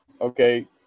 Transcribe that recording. okay